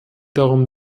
darum